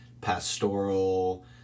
pastoral